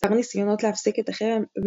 מספר ניסיונות להפסיק את החרם,